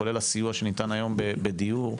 כולל הסיוע שניתן היום בדיור,